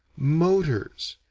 motors,